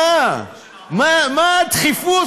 מה הדחיפות,